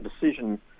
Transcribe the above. decision